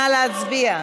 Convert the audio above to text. נא להצביע.